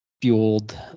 fueled